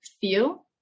feel